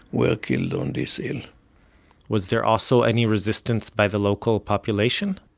were killed on this hill was there also any resistance by the local population?